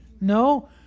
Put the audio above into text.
No